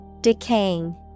Decaying